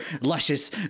luscious